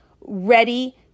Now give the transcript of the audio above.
ready